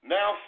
Now